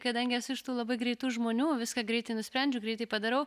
kadangi esu iš tų labai greitų žmonių viską greitai nusprendžiu greitai padarau